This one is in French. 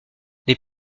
les